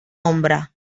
ombra